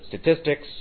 statistics